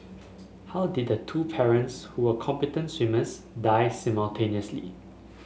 how did the two parents who were competent swimmers die simultaneously